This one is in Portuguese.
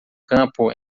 campo